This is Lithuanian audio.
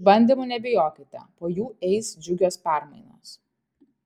išbandymų nebijokite po jų eis džiugios permainos